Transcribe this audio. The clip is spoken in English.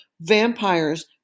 vampires